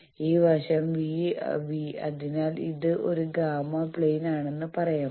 ഈ വശം v അതിനാൽ ഇത് ഒരു ഗാമാ പ്ലെയിൻ ആണെന്ന് പറയാം